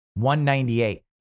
198